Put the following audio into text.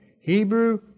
Hebrew